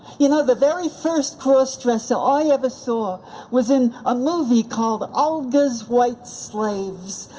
you know, the very first crossdresser i ever saw was in a movie called, olga's white slaves,